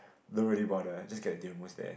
don't really bother just get the durian mousse there